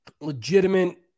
legitimate